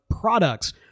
products